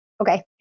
Okay